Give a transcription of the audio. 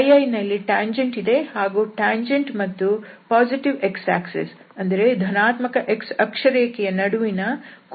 i ನಲ್ಲಿ tangent ಇದೆ ಹಾಗೂ ಟ್ಯಾಂಜೆಂಟ್ಮತ್ತು ಧನಾತ್ಮಕ x ಅಕ್ಷರೇಖೆಯ ನಡುವಿನ ಕೋನವನ್ನು i ಎಂದು ಅಂದುಕೊಂಡಿದ್ದೇವೆ